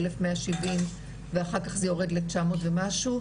ו-1170 ואחר כך זה יורד ל 900 ומשהו,